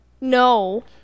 No